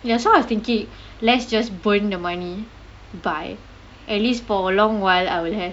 ya so I was thinking let's just burn the money buy at least for a long while I will have